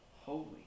holy